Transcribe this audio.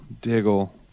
diggle